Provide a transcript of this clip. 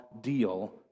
deal